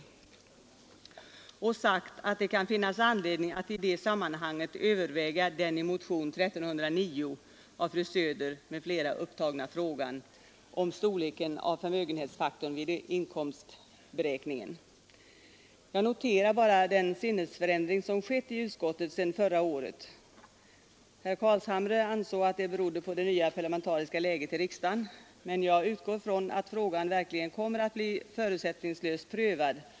27 mars 1974 överväga den i motionen 1309 av fru Söder m.fl. upptagna frågan om storleken av förmögenhetsfaktorn vid inkomstprövningen. Jag noterar bara den sinnesförändring som skett i utskottet sedan förra året. Herr Carlshamre ansåg att den berodde på det nya parlamentariska läget, men jag utgår ifrån att frågan verkligen kommer att bli förutsättningslöst prövad.